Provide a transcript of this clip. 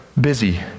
busy